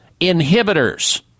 inhibitors